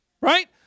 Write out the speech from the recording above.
right